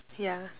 yeah